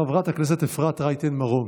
חברת הכנסת אפרת רייטן מרום.